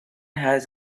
has